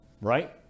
right